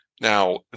Now